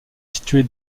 située